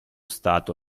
stato